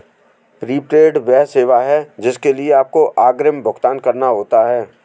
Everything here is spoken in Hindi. प्रीपेड वह सेवा है जिसके लिए आपको अग्रिम भुगतान करना होता है